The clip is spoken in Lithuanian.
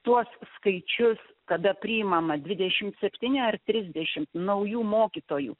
tuos skaičius kada priimama dvidešim septyni ar trisdešimt naujų mokytojų